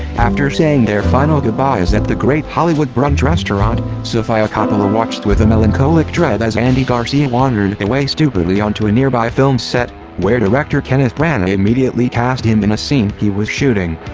after saying their final goodbyes at the great hollywood brunch restaurant, sofia coppola watched with a melancholic dread as andy garcia wandered away stupidly onto a nearby film set, where director kenneth branagh immediately cast him in a scene he was shooting.